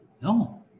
No